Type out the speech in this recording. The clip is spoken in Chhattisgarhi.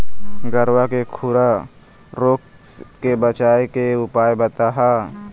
गरवा के खुरा रोग के बचाए के उपाय बताहा?